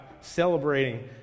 celebrating